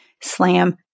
slam